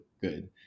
good